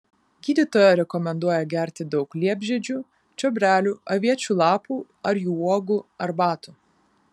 gydytoja rekomenduoja gerti daug liepžiedžių čiobrelių aviečių lapų ar jų uogų arbatų